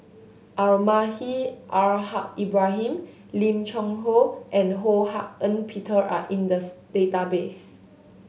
Almahdi Al Haj Ibrahim Lim Cheng Hoe and Ho Hak Ean Peter are in the database